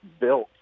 built